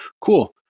cool